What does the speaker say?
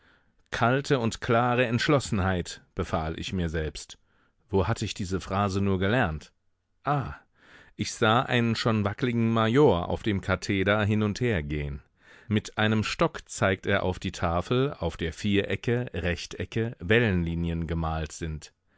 kalte und klare entschlossenheit befahl ich mir selbst wo hatte ich diese phrase nur gelernt ah ich sah einen schon wackligen major auf dem katheder hin und hergehen mit einem stock zeigt er auf die tafel auf der vierecke rechtecke wellenlinien gemalt sind